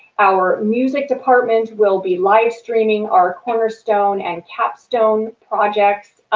our music department will be live-streaming our cornerstone and capstone projects.